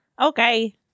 Okay